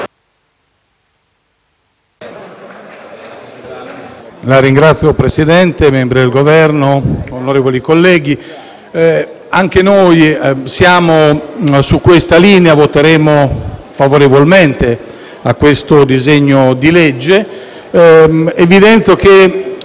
Signor Presidente, membri del Governo, onorevoli colleghi, anche noi siamo su questa linea e voteremo favorevolmente al disegno di legge. Evidenzio che,